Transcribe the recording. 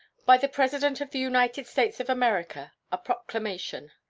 by the president of the united states of america. a proclamation.